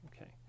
Okay